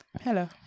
Hello